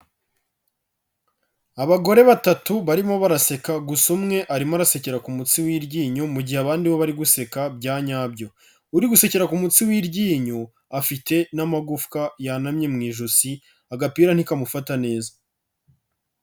Abagore batatu barimo baraseka gusa umwe arimo arasekera ku mutsi w'iryinyo, mu gihe abandi bo bari guseka byanyabyo. Uri gusekera ku mutsi w'iryinyo, afite n'amagufwa yanamye mu ijosi, agapira ntikamufata neza.